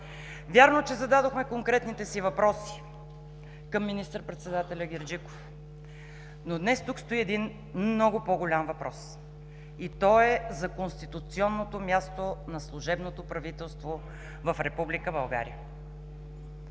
Вярно е, че зададохме конкретни въпроси към министър-председателя Герджиков, но днес тук стои много по-голям въпрос. Той е за конституционното място на служебното правителство в Република България.